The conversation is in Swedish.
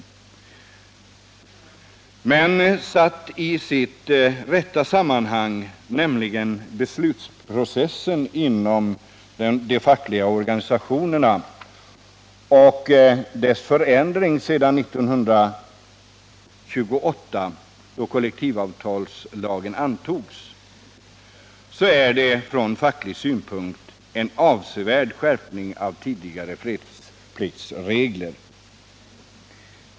Men satt i sitt rätta sammanhang —- nämligen beslutsprocessen inom de fackliga organisationerna och dess förstärkning sedan 1928, då kollektivavtalslagen antogs — innebär tillägget från facklig synpunkt en avsevärd skärpning av tidigare fredspliktsregler.